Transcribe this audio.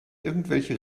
irgendwelche